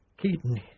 Keaton